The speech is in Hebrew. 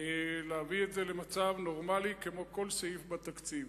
להביא את זה למצב נורמלי, כמו כל סעיף בתקציב.